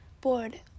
bored